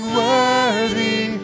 worthy